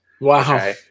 Wow